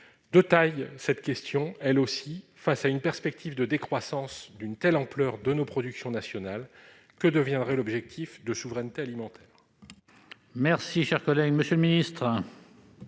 à 12 %? Autre question de taille : face à une perspective de décroissance d'une telle ampleur de nos productions nationales, que deviendrait l'objectif de souveraineté alimentaire ?